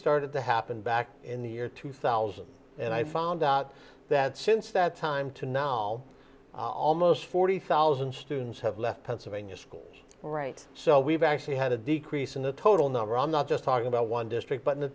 started to happen back in the year two thousand and i found out that since that time to now almost forty thousand students have left pennsylvania school right so we've actually had a decrease in the total number i'm not just talking about one district but